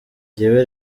jyewe